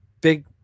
Big